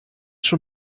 schon